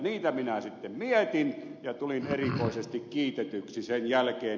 niitä minä sitten mietin ja tulin erikoisesti kiitetyksi sen jälkeen